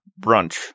brunch